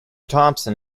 thompson